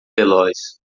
veloz